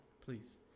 Please